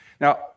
Now